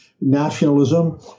nationalism